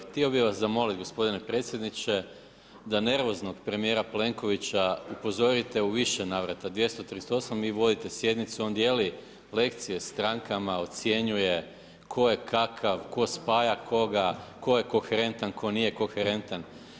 Htio bih vas zamoliti gospodine predsjedniče, da nervoznog premijera Plenkovića upozorite u više navrata, 238, vi vodite sjednicu, on dijeli lekcije strankama, ocjenjuje tko je kakav, tko spaja koga, tko je koherentan, tko nije koherentan.